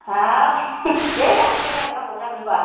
हाब दे जागोन दे जागोन आबौ जागोन होमब्ला